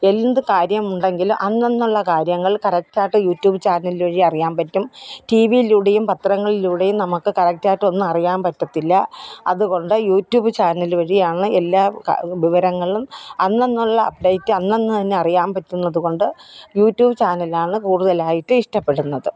എന്തു കാര്യമുണ്ടെങ്കിൽ അന്നന്നുള്ള കാര്യങ്ങൾ കറക്റ്റാട്ട് യൂട്യൂബ് ചാനൽ വഴി അറിയാൻ പറ്റും ടീ വിയിലൂടെയും പത്രങ്ങളിലൂടെയും നമുക്ക് കറക്റ്റായിട്ട് ഒന്നും അറിയാൻ പറ്റത്തില്ല അതുകൊണ്ട് യൂട്യൂബ് ചാനല് വഴിയാണ് എല്ലാ വിവരങ്ങളും അന്നന്നുള്ള അപ്ഡേറ്റ് അന്നന്ന് തന്നെ അറിയാൻ പറ്റുന്നതുകൊണ്ട് യൂട്യൂബ് ചാനലാണ് കൂടുതലായിട്ട് ഇഷ്ടപ്പെടുന്നത്